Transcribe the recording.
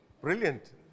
brilliant